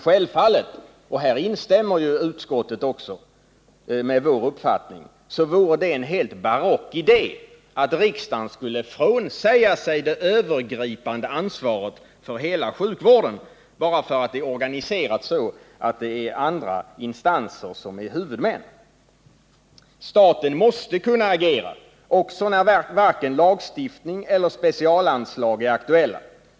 Självfallet — och här instämmer också utskottet — vore det en helt barock idé att riksdagen skulle frånsäga sig det övergripande ansvaret för hela sjukvården bara för att den är organiserad så, att det är andra instanser som är huvudmän. Staten måste kunna agera också när varken lagstiftning eller specialanslag är aktuella.